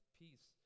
peace